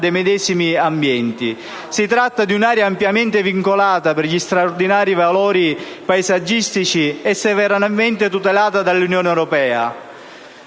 dei medesimi ambienti; si tratta di un'area ampiamente vincolata per gli straordinari valori paesaggistici e severamente tutelata dall'Unione europea.